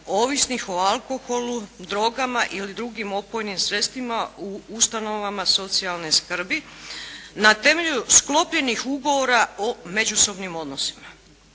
ovisnih o alkoholu, drogama ili drugim opojnim sredstvima u ustanovama socijalne skrbi na temelju sklopljenih ugovora o međusobnim odnosima.